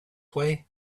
way